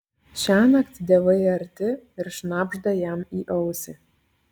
šiąnakt dievai arti ir šnabžda jam į ausį